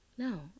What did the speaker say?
No